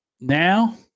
Now